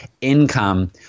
income